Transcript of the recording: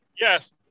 yes